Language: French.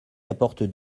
apporte